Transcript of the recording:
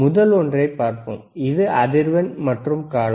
முதல் ஒன்றைப் பார்ப்போம் இது அதிர்வெண் மற்றும் காலம்